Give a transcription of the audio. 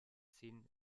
zehn